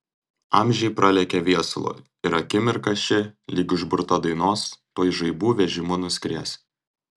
amžiai pralekia viesulu ir akimirka ši lyg užburta dainos tuoj žaibų vežimu nuskries